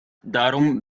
darum